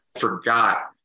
forgot